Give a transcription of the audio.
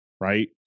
right